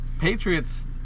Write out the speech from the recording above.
Patriots